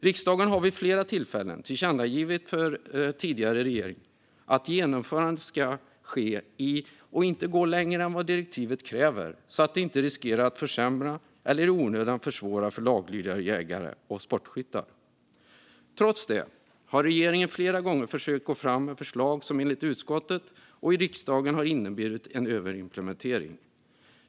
Riksdagen har vid flera tillfällen tillkännagivit för tidigare regering att genomförandet ska ske men inte gå längre än vad direktivet kräver, så att man inte riskerar att försämra eller i onödan försvåra för laglydiga jägare och sportskyttar. Trots detta har regeringen flera gånger försökt att gå fram med förslag som enligt utskottet och riksdagen har inneburit en överimplementering.